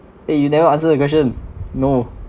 eh you never answer the question no